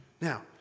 Now